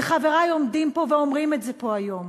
וחברי עומדים פה ואומרים את זה פה היום,